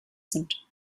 sind